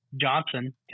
Johnson